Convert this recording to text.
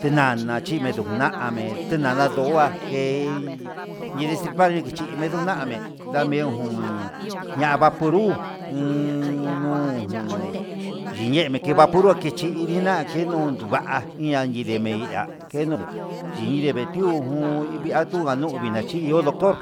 chinana kena chindame chinana ndó, kua kei ni destripar kenechi ndikendame ndame jun ña'a vapunrut nuu jun chinemi ki vapurt kechí yina kenuu nduva'a iñan yindeme kenuu xhindeviun un via tu ndanumina chí ihó doctor.